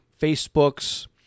Facebook's